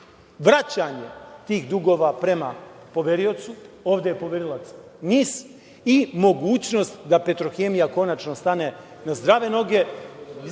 vraćanje tih dugova prema poveriocu, ovde je poverilac NIS i mogućnost da Petrohemija konačno stane na zdrave noge